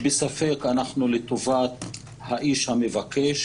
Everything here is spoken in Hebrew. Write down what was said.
אז אנחנו לטובת האיש המבקש,